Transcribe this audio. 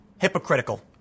hypocritical